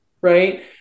Right